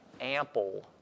ample